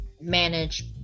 manage